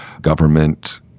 government